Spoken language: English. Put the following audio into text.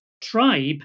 tribe